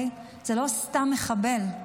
זה לא סתם מחבל,